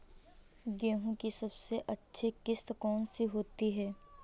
गेहूँ की सबसे अच्छी किश्त कौन सी होती है?